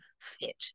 fit